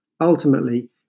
Ultimately